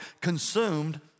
consumed